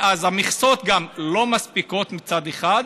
אז המכסות לא מספיקות מצד אחד,